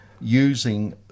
using